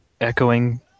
echoing